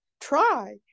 try